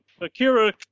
Akira